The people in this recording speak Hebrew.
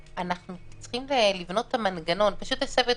אנחנו צריכים לבנות את המנגנון פשוט הסבו את